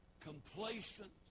complacent